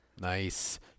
Nice